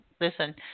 listen